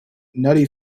nutty